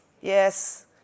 yes